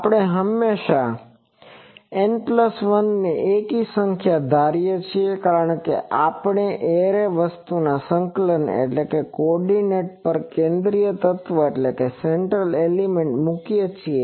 આપણે હમેશા N1ને એકી સંખ્યા ધારીએ છીએ કારણ કે આપણે એરે વસ્તુના સંકલન પર કેન્દ્રિય તત્વ મૂકીએ છીએ